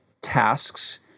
tasks